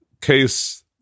case